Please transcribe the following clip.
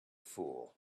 fool